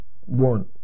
one